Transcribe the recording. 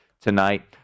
tonight